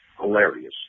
hilarious